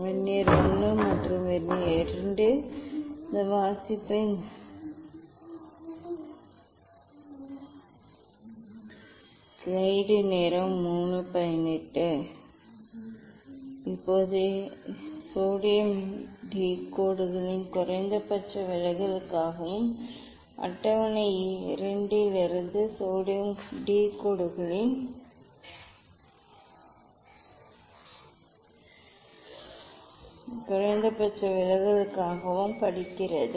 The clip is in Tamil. வெர்னியர் I மற்றும் வெர்னியர் II இந்த வாசிப்பு இந்த வாசிப்பு வெர்னியர் I க்கு ஒரு வெர்னியர் I இது ஒரு மற்றும் இது வெர்னியர் II க்கு இது b இது நேரடி வாசிப்பு இப்போது இப்போது நிலை சோடியம் டி கோடுகளின் குறைந்தபட்ச விலகலுக்காகவும் அட்டவணை 2 இலிருந்து சோடியம் டி கோடுகளின் குறைந்தபட்ச விலகலுக்காகவும் படிக்கிறது